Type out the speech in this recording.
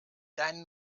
deinen